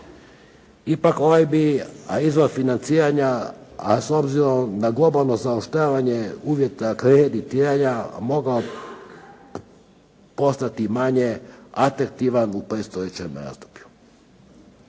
Ipak ovaj bi izvor financiranja s obzirom na globalno zaoštravanje uvjeta kreditiranja mogao postati manje atraktivan u predstojećem razdoblju.